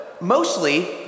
mostly